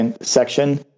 section